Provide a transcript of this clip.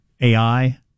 AI